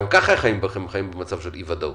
גם ככה הם חיים במצב של אי ודאות.